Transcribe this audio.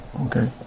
Okay